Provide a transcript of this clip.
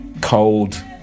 Cold